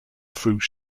through